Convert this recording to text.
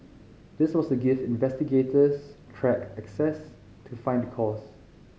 this was to give investigators track access to find the cause